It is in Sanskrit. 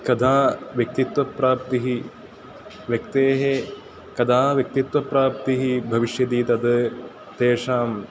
कदा व्यक्तित्वप्राप्तिः व्यक्तेः कदा व्यक्तित्वप्राप्तिः भविष्यदि तद् तेषां